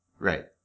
Right